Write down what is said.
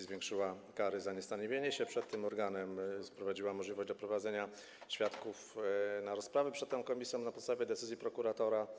Zwiększyła ona kary za niestawienie się przed tym organem, wprowadziła możliwość doprowadzenia świadków na rozprawę przed tą komisją na podstawie decyzji prokuratora.